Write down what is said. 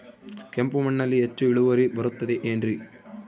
ಕೆಂಪು ಮಣ್ಣಲ್ಲಿ ಹೆಚ್ಚು ಇಳುವರಿ ಬರುತ್ತದೆ ಏನ್ರಿ?